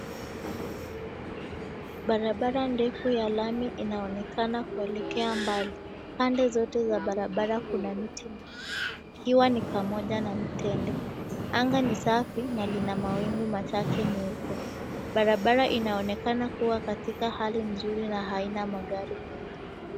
Barabara ndefu ya lami inaonekana kuelekea mbali. Pande zote za barabara kuna miti mingi ikiwa ni pamoja na mitende. Anga ni safi na lina mawingu machache meupe. Barabara inaonekana kuwa katika hari nzuri na haina magari mengi.